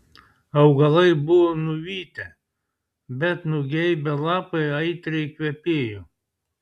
augalai buvo nuvytę bet nugeibę lapai aitriai kvepėjo